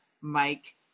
Mike